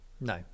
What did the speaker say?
No